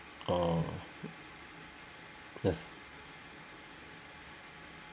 oh yes